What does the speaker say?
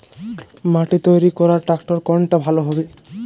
মাটি তৈরি করার ট্রাক্টর কোনটা ভালো হবে?